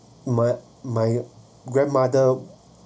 my my grandmother